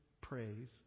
praise